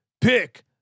Pick